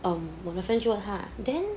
um 我的 friend 就问他 then